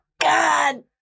God